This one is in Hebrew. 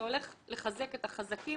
זה הולך לחזק את החזקים